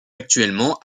actuellement